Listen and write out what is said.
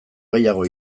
gehiago